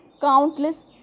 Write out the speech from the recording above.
countless